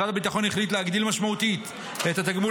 משרד הביטחון החליט להגדיל משמעותית את התגמול